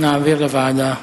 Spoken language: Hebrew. נעביר לוועדה.